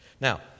Now